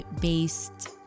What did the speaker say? based